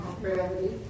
Gravity